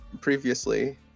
previously